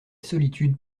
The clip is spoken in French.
solitude